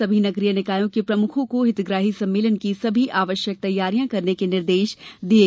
सभी नगरीय निकायों के प्रमुखों को हितग्राही सम्मेलन की सभी आवश्यक तैयारियां करने के निर्देश दिये